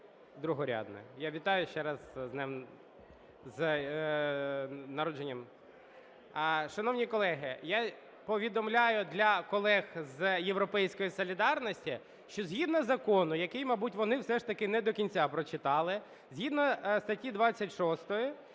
другорядне. Я вітаю ще раз з днем, з народженням. Шановні колеги, я повідомляю для колег з "Європейської солідарності", що згідно закону, який, мабуть, вони все ж таки не до кінця прочитали, згідно статті 26,